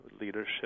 leadership